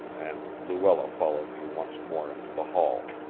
and luella followed me once more into the hall.